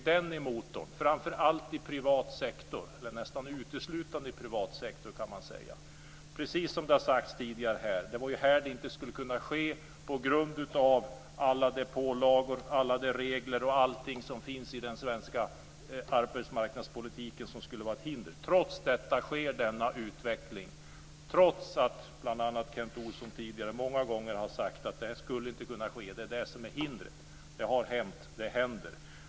Det är framför allt och nästan uteslutande i privat sektor, precis som det har sagts tidigare. Det var här det inte skulle kunna ske på grund av alla de pålagor och regler som finns i den svenska arbetsmarknadspolitiken. Trots detta sker denna utveckling - trots att bl.a. Kent Olsson många gånger tidigare har sagt att det inte skulle kunna ske. Det är det som är hindret. Det har hänt. Det händer.